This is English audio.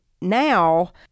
now